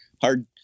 hard